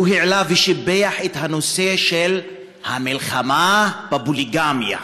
הוא העלה ושיבח את הנושא של המלחמה בפוליגמיה,